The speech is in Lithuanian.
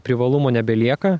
privalumo nebelieka